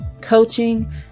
coaching